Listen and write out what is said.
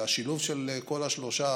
והשילוב של כל השלושה